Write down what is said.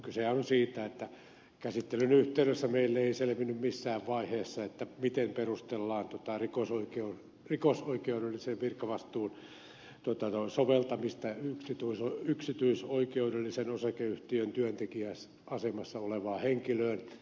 kysehän on siitä että käsittelyn yhteydessä meille ei selvinnyt missään vaiheessa miten perustellaan tuota rikosoikeudellisen virkavastuun soveltamista yksityisoikeudellisen osakeyhtiön työntekijän asemassa olevaan henkilöön